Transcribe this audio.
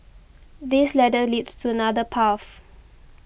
this ladder leads to another path